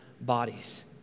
bodies